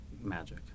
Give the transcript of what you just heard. magic